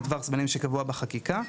בטווח זמנים שקבוע בחקיקה.